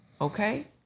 Okay